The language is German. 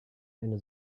eine